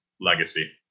legacy